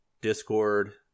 discord